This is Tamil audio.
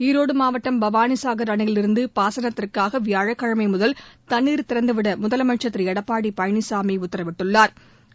ஈரோடு மாவட்டம் பவானிசாகர் அணையிலிருந்து பாசனத்திற்காக வியாழக்கிழமை முதல் தண்ணீர் திறந்துவிட முதலமைச்சா் திரு எடப்பாடி பழனிசாமி உத்தரவிட்டுள்ளாா்